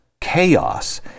chaos